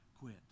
quit